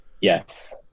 yes